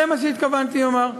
זה מה שהתכוונתי לומר.